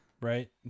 right